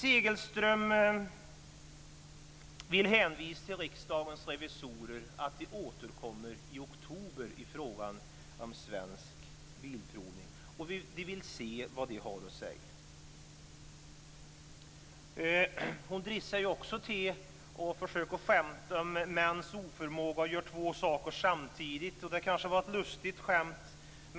Segelström vill hänvisa till Riksdagens revisorer och till att de återkommer i oktober till frågan om Svensk Bilprovning. Man vill se vad de har att säga. Hon dristar sig också till att försöka skämta om mäns oförmåga att göra två saker samtidigt och det kanske var ett lustigt skämt.